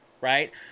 right